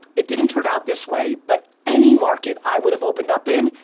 it didn't turn out this way, but any market i would've opened up in,